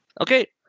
Okay